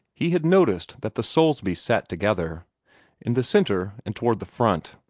he had noticed that the soulsbys sat together in the centre and toward the front.